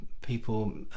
people